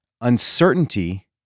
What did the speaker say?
Uncertainty